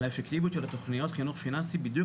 על האפקטיביות של התוכניות חינוך פיננסי בדיוק